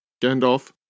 Gandalf